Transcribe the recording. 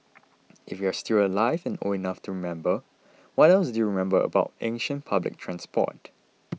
if you're still alive and old enough to remember what else do you remember about ancient public transport